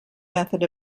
method